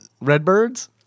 Redbirds